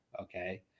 okay